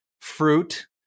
fruit